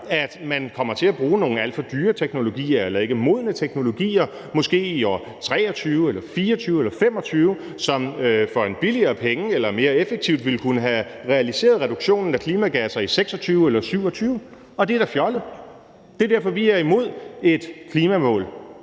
at man kommer til at bruge nogle alt for dyre teknologier eller ikke modne teknologier, måske i år 2023 eller 2024 eller 2025, som for en billigere penge eller mere effektivt ville kunne have realiseret reduktionen af klimagasser i 2026 eller 2027, og det er da fjollet. Det er derfor, vi er imod et klimamål